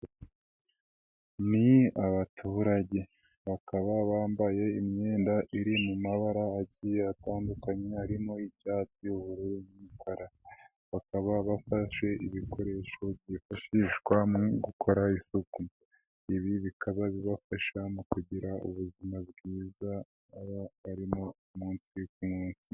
Ni abaturage bakaba bambaye imyenda iri mu mabara agiye atandukanye harimo icyatsi, ubururu n'umukara, bakaba bafashe ibikoresho byifashishwa mu gukora isuku, ibi bikaba bibafasha mu kugira ubuzima bwiza baba barimo umunsi ku munsi.